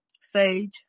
sage